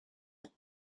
part